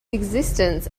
existence